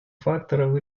факторов